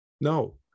no